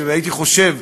שהייתי חושב,